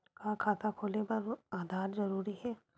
का खाता खोले बर आधार जरूरी हे?